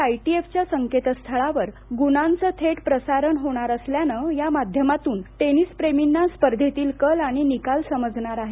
आयटीएफच्या संकेतस्थळावर ग्णांचे थेट प्रसारण असल्याने या माध्यमातून टेनिस प्रेमींना स्पर्धेतील कल आणि निकाल समजणार आहेत